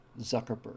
Zuckerberg